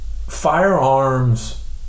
firearms